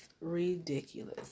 ridiculous